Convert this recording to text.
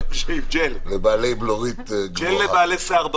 אנחנו כרגע אומרים לאזרחים שלנו: תתנהלו בבלוף.